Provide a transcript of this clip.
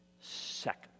second